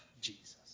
Jesus